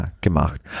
gemacht